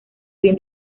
bien